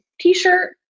t-shirt